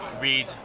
read